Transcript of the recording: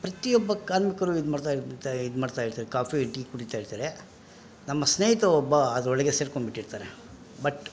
ಪ್ರತಿಯೊಬ್ಬ ಕಾರ್ಮಿಕರು ಇದು ಮಾಡ್ತಾ ಇರ್ತಾ ಇದು ಮಾಡ್ತಾ ಇರ್ತಾರೆ ಕಾಫಿ ಟೀ ಕುಡಿತಾ ಇರ್ತಾರೆ ನಮ್ಮ ಸ್ನೇಹಿತ ಒಬ್ಬ ಅದರೊಳಗೆ ಸೇರ್ಕೊಂಡು ಬಿಟ್ಟಿರ್ತಾರೆ ಬಟ್